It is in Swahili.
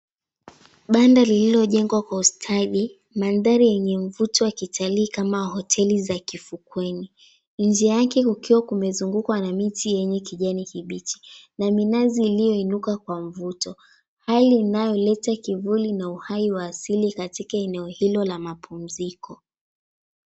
Banda lililojengwa kwa ustadi, mandhari yenye mvuto wa kitalii kama hoteli za kifukweni. Nje yake ukio kumezungukwa na miti yenye kijani kibichi na minazi ilionuka kwa mvuto, hali inayoleta kivuli na uhai wa asili katika eneo hilo la mapumziko.